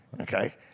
okay